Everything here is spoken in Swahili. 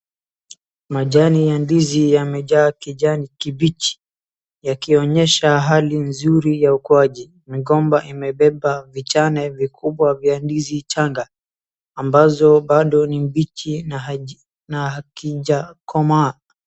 Majani ya ndizi yamejaa kijani kimbichi, yakionyesha hali nzuri ya ukuaji. Migomba imebeba vichane vikubwa vya ndizi changa ambazo bado ni mbichi na hakijakomaa.